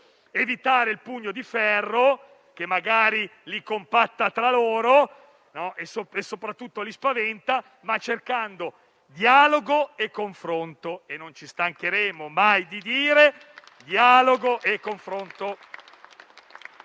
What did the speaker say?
evitare il pugno di ferro, che magari li compatta tra loro e soprattutto li spaventa, ma cercare dialogo e confronto. Non ci stancheremo mai di dirlo: dialogo e confronto.